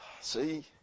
see